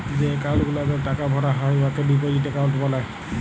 যে একাউল্ট গুলাতে টাকা ভরা হ্যয় উয়াকে ডিপজিট একাউল্ট ব্যলে